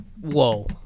Whoa